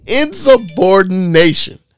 Insubordination